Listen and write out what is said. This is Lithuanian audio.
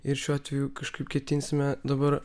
ir šiuo atveju kažkaip ketinsime dabar